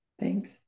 Thanks